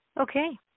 Okay